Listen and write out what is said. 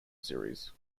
series